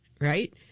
Right